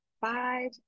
Five